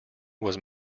was